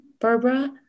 Barbara